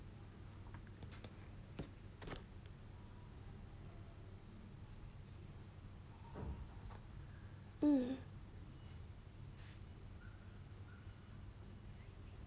mm